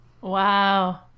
Wow